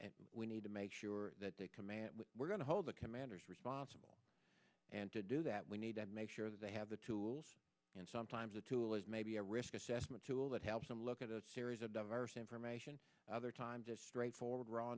and we need to make sure that they command we're going to hold the commanders responsible and to do that we need to make sure that they have the tools and sometimes the tool is maybe a risk assessment tool that helps them look at a series of information other times it's straightforward raw